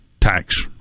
tax